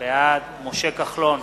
בעד משה כחלון,